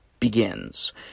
begins